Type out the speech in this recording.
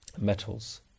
metals